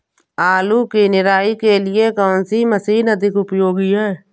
आलू की निराई के लिए कौन सी मशीन अधिक उपयोगी है?